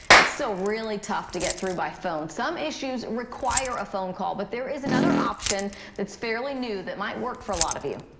it's still really tough to get through by phone. some issues require a phone call, but there is another option that's fairly new that might work for a lot of you.